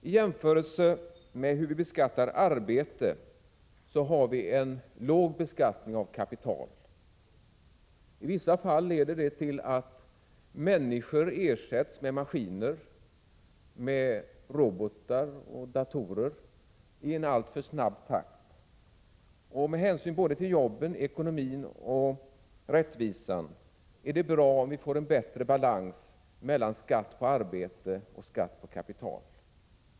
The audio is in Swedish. I jämförelse med hur vi beskattar arbete har vi en låg beskattning av kapital. I vissa fall leder det till att människor ersätts med maskiner, robotar och datorer i alltför snabb takt. Med hänsyn till både jobben, ekonomin och rättvisan är det bra om vi får en bättre balans mellan skatten på arbete och skatten på kapital.